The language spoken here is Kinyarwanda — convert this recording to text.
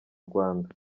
rwanda